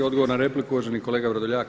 Odgovor na repliku uvaženi kolega Vrdoljak.